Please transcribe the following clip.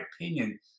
opinion